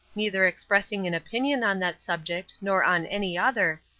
neither expressing an opinion on that subject nor on any other,